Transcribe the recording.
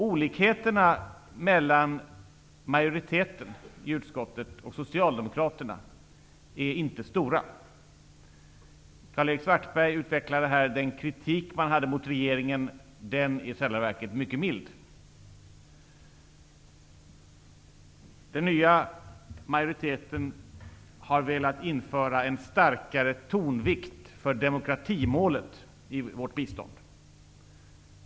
Olikheterna mellan utskottets majoritet och socialdemokraterna i utskottet är inte stora. Karl Erik Svartberg utvecklade här kritiken mot regeringen. Den är i själva verket mycket mild. Den nya majoriteten har velat införa en starkare tonvikt för demokratimålet i vårt bistånd.